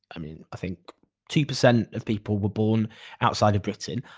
i mean i think two percent of people were born outside of britain.